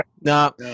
No